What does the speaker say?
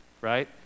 right